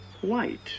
white